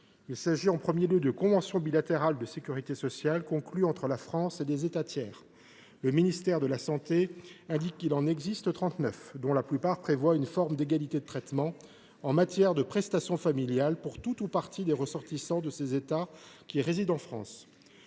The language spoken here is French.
Il s’agit, en premier lieu, de conventions bilatérales de sécurité sociale conclues entre la France et des États tiers. Le ministère de la santé indique qu’il en existe 39, dont la plupart prévoient une forme d’égalité de traitement en matière de prestations familiales pour tout ou partie des ressortissants de ces États qui résident en France.